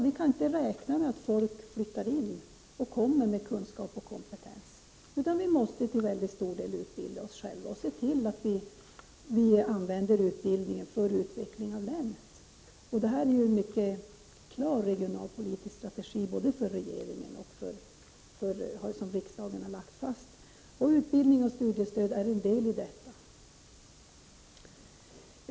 Vi kan inte räkna med att människor flyttar dit som har kunskaper och kompetens. Vi måste alltså till mycket stor del utbilda oss själva också till att vi använder utbildningen på ett sådant sätt att det blir till fördel för utvecklingen i länet. Det här är en mycket klar regionalpolitisk strategi för regeringen och detta har också riksdagen lagt fast. Utbildningen och studiestödet utgör en del därav.